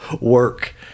work